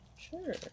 Sure